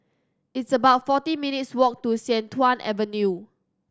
it's about forty minutes' walk to Sian Tuan Avenue